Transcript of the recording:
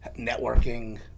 networking